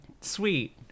Sweet